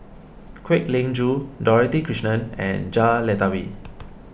Kwek Leng Joo Dorothy Krishnan and Jah Lelawati